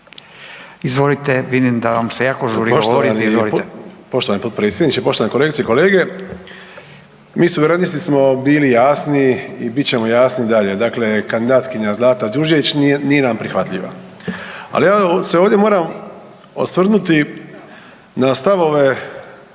Hrvoje (Hrvatski suverenisti)** Poštovani potpredsjedniče, poštovane kolegice i kolege mi suverenisti smo bili jasni i bit ćemo jasni i dalje. Dakle, kandidatkinja Zlata Đurđević nije nam prihvatljiva. Ali ja se ovdje moram osvrnuti na stavove